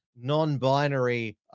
non-binary